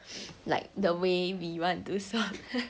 like the way we want to swap